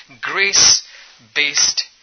grace-based